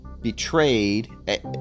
betrayed